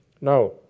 Now